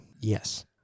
Yes